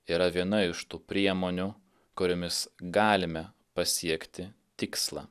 yra viena iš tų priemonių kuriomis galime pasiekti tikslą